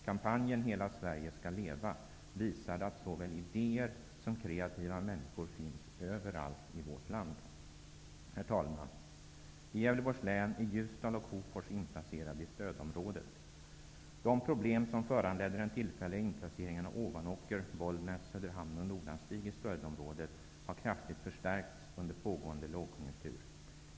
Kampanjen ''Hela Sverige skall leva'' har visat att såväl idéer som kreativa människor finns överallt i vårt land. Herr talman! I Gävleborgs län är Ljusdal och Hofors inplacerade i stödområdet. De problem som föranledde den tillfälliga inplaceringen av Ovanåker, Bollnäs, Söderhamn och Nordanstig i stödområdet har kraftigt förstärkts under pågående lågkonjunktur.